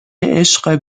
عشق